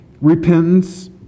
repentance